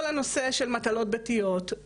כל הנושא של מטלות ביתיות,